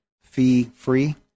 fee-free